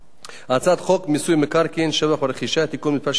הצעת חוק מיסוי מקרקעין (שבח ורכישה) (תיקון מס' 74),